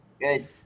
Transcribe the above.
Good